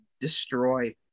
destroy